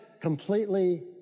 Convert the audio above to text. completely